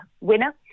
winner